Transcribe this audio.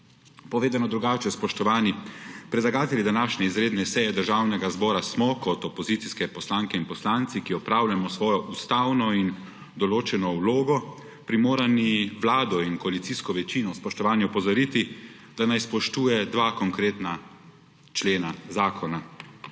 Povedano drugače, spoštovani, predlagatelji današnje izredne seje Državnega zbora smo kot opozicijske poslanke in poslanci, ki opravljamo svojo ustavno in določeno vlogo, primorani vlado in koalicijsko večino, spoštovani, opozoriti, da naj spoštuje dva konkretna člena zakona.